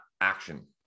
action